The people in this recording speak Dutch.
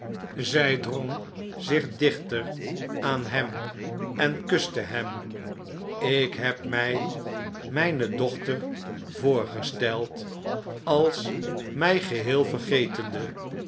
zy drong zich dichter aan hem en kuste hem ik heb mij mijne dochter voorgesteld als my geheel vergetende